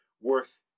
worth